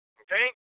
okay